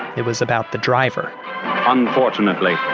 it was about the driver unfortunately,